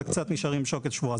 וקצת נשארים שוקת שבורה.